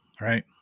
right